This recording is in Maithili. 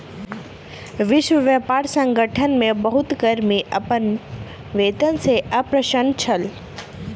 विश्व व्यापार संगठन मे बहुत कर्मी अपन वेतन सॅ अप्रसन्न छल